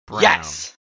Yes